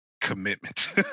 commitment